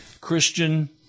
Christian